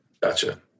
Gotcha